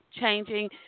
changing